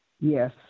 Yes